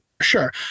Sure